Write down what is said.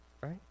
right